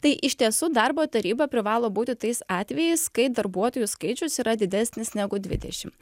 tai iš tiesų darbo taryba privalo būti tais atvejais kai darbuotojų skaičius yra didesnis negu dvidešimt